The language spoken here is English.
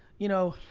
you know,